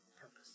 purpose